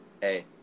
hey